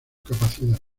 capacidad